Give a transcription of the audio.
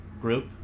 group